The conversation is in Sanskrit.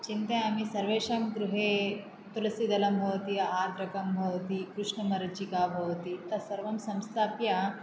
चिन्तयामि सर्वेषां गृहे तुलसीदलं भवति आर्द्रकं भवति कृष्णमरीचिका भवति तत्सर्वं संस्थाप्य